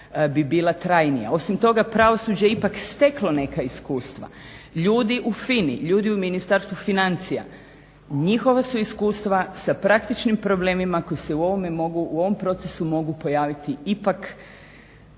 Osim toga pravosuđe je ipak steklo neka iskustva. Ljudi u FINA-i, ljudi u Ministarstvu financija njihova su iskustva sa praktičnim problemima koji se u ovom procesu mogu pojaviti ipak